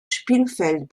spielfeld